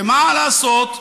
ומה לעשות?